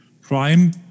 Prime